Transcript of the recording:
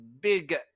big